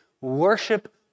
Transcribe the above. worship